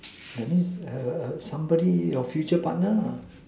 that means err err somebody your future partner lah